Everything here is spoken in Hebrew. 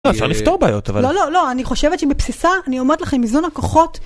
אפשר לפתור בעיות, אבל... לא, לא, לא, אני חושבת שבבסיסה אני אומרת לכם איזון הכוחות.